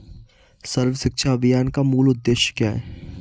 सर्व शिक्षा अभियान का मूल उद्देश्य क्या है?